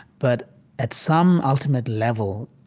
but at some ultimate level,